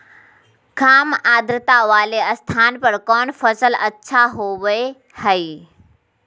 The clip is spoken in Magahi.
काम आद्रता वाले स्थान पर कौन फसल अच्छा होबो हाई?